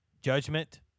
judgment